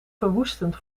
verwoestend